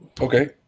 okay